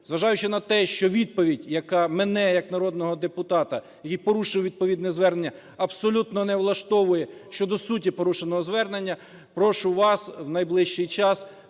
зважаючи на те, що відповідь, яка мене як народного депутата, і порушив відповідне звернення, абсолютно не влаштовує щодо суті порушеного звернення, прошу вас в найближчий час,